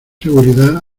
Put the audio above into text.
seguridad